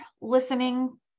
listening